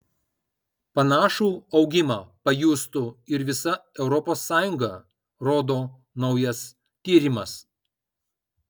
panašų augimą pajustų ir visa europos sąjunga rodo naujas tyrimas